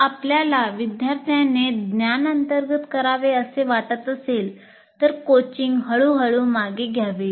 जर आपल्याला विद्यार्थ्याने ज्ञान अंतर्गत करावे असे वाटत असेल तर कोचिंग हळूहळू मागे घ्यावे